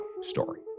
story